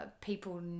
People